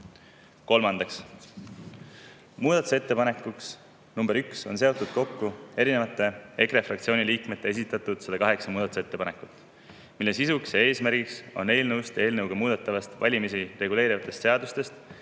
Kolmandaks, muudatusettepanekuks nr 1 on seotud kokku erinevate EKRE fraktsiooni liikmete esitatud 108 muudatusettepanekut, mille sisuks ja eesmärgiks on eelnõuga muudetavatest, valimisi reguleerivatest seadustest